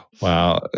Wow